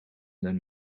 than